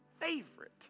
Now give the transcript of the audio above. favorite